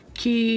que